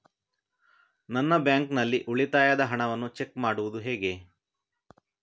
ನಮ್ಮ ಬ್ಯಾಂಕ್ ನಲ್ಲಿ ಉಳಿತಾಯದ ಹಣವನ್ನು ಚೆಕ್ ಹೇಗೆ ಮಾಡುವುದು?